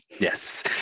Yes